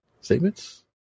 statements